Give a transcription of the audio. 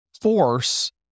force